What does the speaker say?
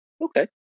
Okay